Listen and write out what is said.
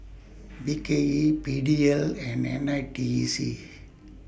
B K E P D L and N I T E C